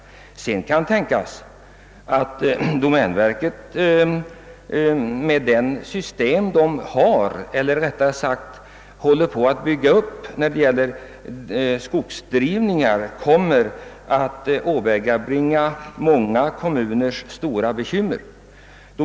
Det kan mycket väl tänkas att domänverket med det system för skogsdrivningar man nu håller på att bygga upp kommer att förorsaka många kommuner stora bekymmer.